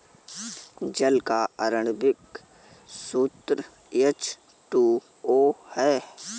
जल का आण्विक सूत्र एच टू ओ है